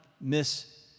miss